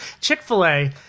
Chick-fil-A